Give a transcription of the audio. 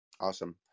awesome